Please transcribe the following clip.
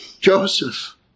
Joseph